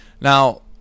Now